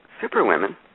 superwomen